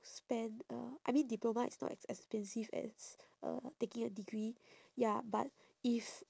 spend uh I mean diploma is not as expensive as uh taking a degree ya but if